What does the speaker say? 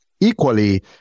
Equally